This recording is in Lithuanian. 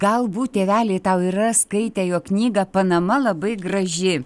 galbūt tėveliai tau yra skaitę jo knygą panama labai graži